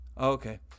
Okay